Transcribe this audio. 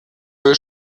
will